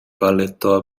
paletó